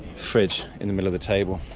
fridge in the middle of a table,